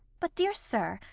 but, dear sir,